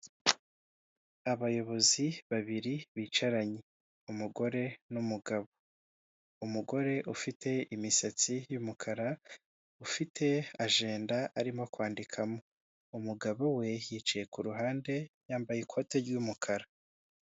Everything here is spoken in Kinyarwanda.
Abayobozi babiri bicaranye, umugore n'umugabo. Umugore ufite imisatsi y'umukara ufite ajenda ari kwandikamo, umugabo we yicaye ku ruhande yambaye ikote ry'umukara.